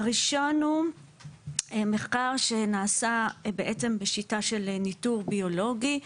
הראשון הוא מחקר שנעשה בעצם בשיטה של ניטור ביולוגי,